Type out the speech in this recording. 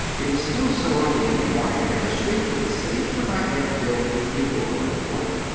it was still so early in the morning that the streets of the city were not yet filled with people going to work.